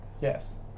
Yes